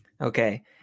Okay